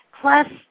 Plus